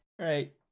right